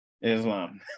islam